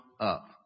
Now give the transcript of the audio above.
up